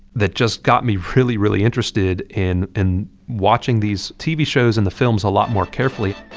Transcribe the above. that just got me really, really interested in in watching these tv shows and the films a lot more carefully